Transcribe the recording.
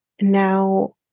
now